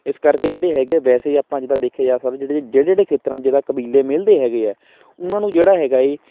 ਇਸ ਕਰਕੇ ਜਿਹੜੇ ਹੈਗੇ ਹੈ ਵੈਸੇ ਆਪਾਂ ਜਿੱਦਾਂ ਦੇਖਿਆ ਜਾ ਸਕਦਾ ਜਿਹਦੇ ਜਿਹੜੇ ਜਿਹੜੇ ਖੇਤਰਾਂ 'ਚ ਜਿੱਦਾਂ ਕਬੀਲੇ ਮਿਲਦੇ ਹੈਗੇ ਹੈ ਉਨ੍ਹਾਂ ਨੂੰ ਜਿਹੜਾ ਹੈਗਾ ਹੈ